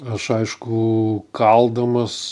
aš aišku kaldamas